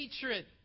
hatred